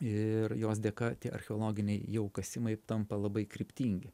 ir jos dėka tie archeologiniai jau kasimai tampa labai kryptingi